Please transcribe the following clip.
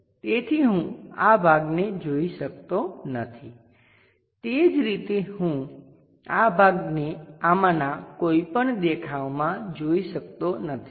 તેથી હું આ ભાગને જોઈ શકતો નથી તે જ રીતે હું આ ભાગને આમાંના કોઈપણ દેખાવમાં જોઈ શકતો નથી